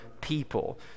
people